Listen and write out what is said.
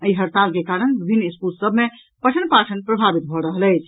एहि हड़ताल के कारण विभिन्न स्कूल सभ मे पठन पाठन प्रभावित भऽ रहल अछि